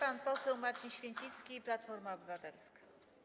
Pan poseł Marcin Święcicki, Platforma Obywatelska.